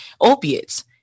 opiates